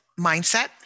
mindset